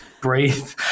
breathe